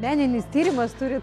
meninis tyrimas turi